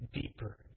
deeper